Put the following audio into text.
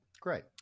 Great